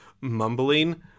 mumbling